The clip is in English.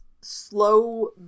slow